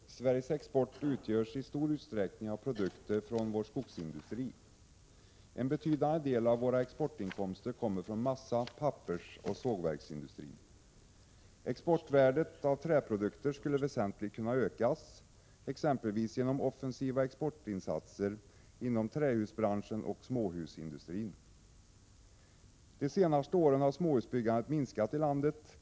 Herr talman! Sveriges export utgörs i stor utsträckning av produkter från vår skogsindustri. En betydande del av våra exportinkomster kommer från massa-, pappers-, och sågverksindustrin. Exportvärdet av träprodukter skulle väsentligt kunna ökas, exempelvis genom offensiva exportinsatser inom trähusbranschen och småhusindustrin. De senaste åren har småhusbyggandet minskat i landet.